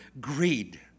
greed